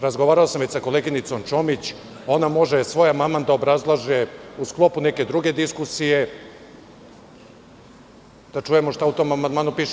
Razgovarao sam i sa koleginicom Čomić, ona može svoj amandman da obrazlaže u sklopu neke druge diskusije, da čujemo šta u tom amandmanu piše.